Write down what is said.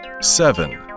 seven